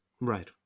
Right